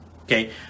okay